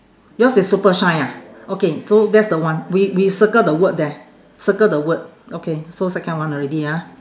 yours is super shine ah okay so that's the one we we circle the word there circle the word okay so second one already ah